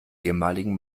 ehemaligen